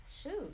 shoot